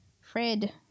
Fred